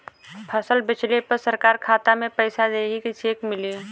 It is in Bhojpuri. फसल बेंचले पर सरकार खाता में पैसा देही की चेक मिली?